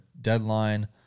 deadline